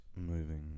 Moving